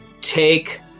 take